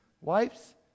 wipes